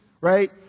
right